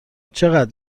چقدر